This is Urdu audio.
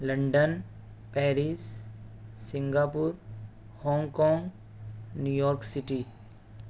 London Paris Singapore Hong Kong New York city